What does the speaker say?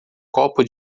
copo